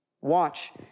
Watch